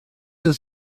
does